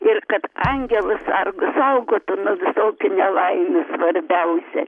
ir kad angelas sargas saugotų tokių nelaimių svarbiausia